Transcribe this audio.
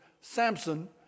Samson